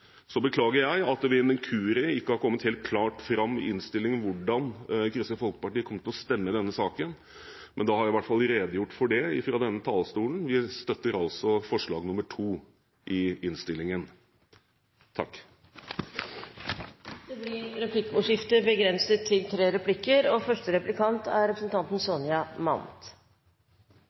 Så beklager jeg at det ved en inkurie ikke har kommet helt klart fram i innstillingen hvordan Kristelig Folkeparti kommer til å stemme i denne saken, men da har jeg i hvert fall redegjort for det fra denne talerstolen. Vi støtter altså forslag nr. 2 i innstillingen. Det blir replikkordskifte. Regjeringspartiene opphever i sine merknader skillet mellom kommersielle og